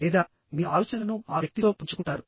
లేదా మీరు మీ ఆలోచనలను ఆ వ్యక్తితో పంచుకుంటారు